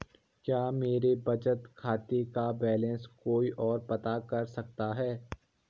क्या मेरे बचत खाते का बैलेंस कोई ओर पता कर सकता है?